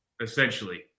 essentially